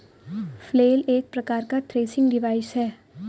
flail एक प्रकार का थ्रेसिंग डिवाइस है